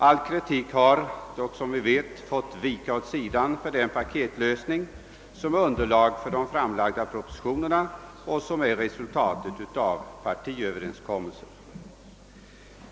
All kritik har dock, som vi vet, fått vika åt sidan för den paketlösning som utgör underlag för de framlagda propositionerna och som är resultatet av partiöverenskommelsen.